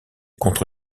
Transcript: contre